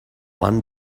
one